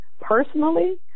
Personally